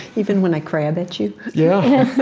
even when i crab at you? yeah,